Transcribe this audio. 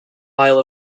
isle